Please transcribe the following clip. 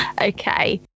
okay